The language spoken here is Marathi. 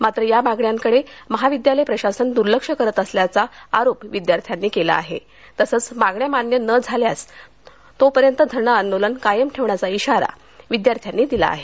मात्र या मागण्यांकडे महाविद्यालय प्रशासन दुर्लक्ष करत असल्याचा विद्यार्थ्यांचा आरोप आहे तसंच मागण्या मान्य होत नाहीत तोपर्यंत धरणे कायम ठेवण्याचा इशारा विद्यार्थ्यांनी दिला आहे